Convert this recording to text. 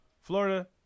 florida